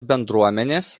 bendruomenės